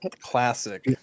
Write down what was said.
classic